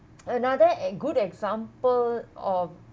another a good example of